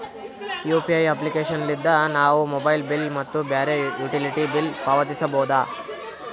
UPI application ಲಿದ್ದ ನಾವು mobile bill ಮತ್ತು ಬ್ಯಾರೆ ಯುಟಿಲಿಟಿ ಬಿಲ್ ಪಾವತಿಸಬೋದು